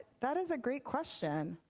that is a great question.